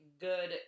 good